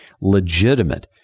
legitimate